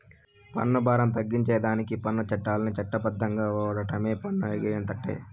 పన్ను బారం తగ్గించేదానికి పన్ను చట్టాల్ని చట్ట బద్ధంగా ఓండమే పన్ను ఎగేతంటే